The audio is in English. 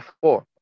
four